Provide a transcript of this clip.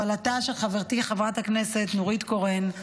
תימן בהובלתה של חברתי חברת הכנסת נורית קורן.